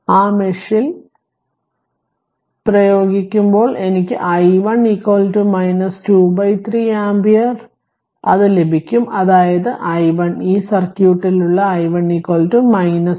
ആ മെഷിൽ പ്രയോഗിക്കുമ്പോൾ എനിക്ക് i1 2 3 ആമ്പിയർ അത് ലഭിക്കും അതായത് i1 ഈ സർക്യൂട്ടിലുള്ള i1 2 3